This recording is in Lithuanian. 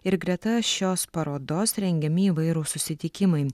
ir greta šios parodos rengiami įvairūs susitikimai